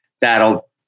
that'll